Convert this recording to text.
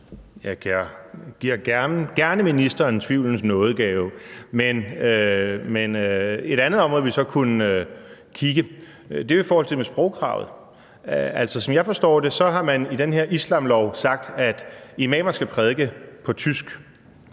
Jeg giver gerne ministeren tvivlens nådegave. Men et andet område, vi så kunne kigge på, er jo det med sprogkravet. Som jeg forstår det, har man i den her islamlov sagt, at imamer skal prædike på tysk.